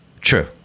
True